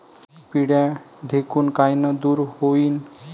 पिढ्या ढेकूण कायनं दूर होईन?